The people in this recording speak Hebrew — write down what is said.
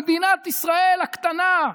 במדינת ישראל הקטנה.